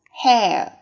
hair